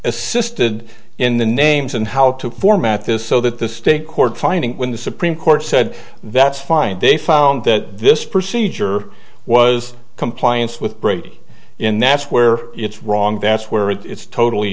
assisted in the names and how to format this so that the state court finding when the supreme court said that's fine they found that this procedure was compliance with brady in that's where it's wrong that's where it's totally